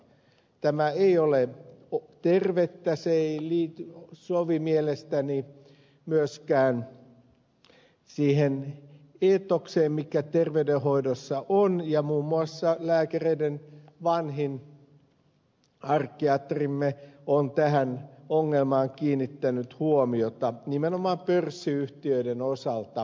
tämä ei ole tervettä se ei sovi mielestäni myöskään siihen eetokseen mikä terveydenhoidossa on ja muun muassa lääkäreiden vanhin arkkiatrimme on tähän ongelmaan kiinnittänyt huomiota nimenomaan pörssiyhtiöiden osalta